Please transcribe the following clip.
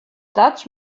dutch